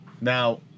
Now